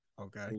Okay